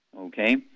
okay